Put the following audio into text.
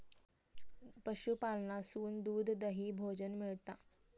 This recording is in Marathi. पशूपालनासून दूध, दही, भोजन मिळता